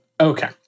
Okay